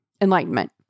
enlightenment